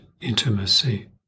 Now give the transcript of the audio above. intimacy